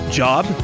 job